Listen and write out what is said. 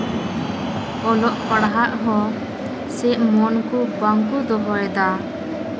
ᱚᱞᱚᱜ ᱯᱟᱲᱦᱟᱜ ᱦᱚᱸ ᱥᱮᱫ ᱢᱚᱱᱠᱚ ᱵᱟᱝᱠᱚ ᱫᱚᱦᱚᱭᱮᱫᱟ